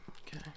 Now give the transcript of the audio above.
Okay